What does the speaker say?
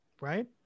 right